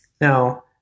Now